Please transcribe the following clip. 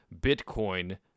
bitcoin